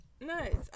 Nice